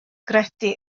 gredu